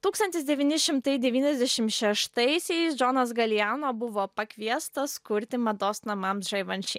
tūkstantis devyni šimtai devyniasdešim šeštaisiais džonas galijano buvo pakviestas kurti mados namams žaivanši